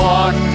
one